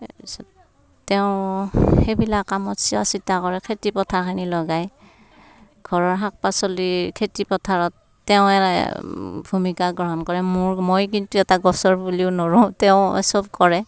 তাৰপিছত তেওঁ সেইবিলাক কামত চোৱাচিতা কৰে খেতি পথাৰখিনি লগাই ঘৰৰ শাক পাচলি খেতি পথাৰত তেওঁৱে ভূমিকা গ্ৰহণ কৰে মোৰ মই কিন্তু এটা গছৰ পুলিয়ো নোৰোওঁ তেওঁ চব কৰে